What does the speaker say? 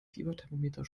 fieberthermometer